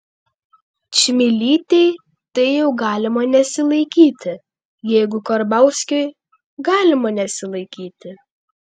čmilytei tai jau galima nesilaikyti jeigu karbauskiui galima nesilaikyti